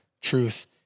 truth